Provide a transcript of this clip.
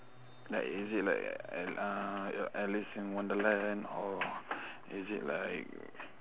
like is it like uh alice in wonderland or is it like